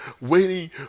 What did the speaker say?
waiting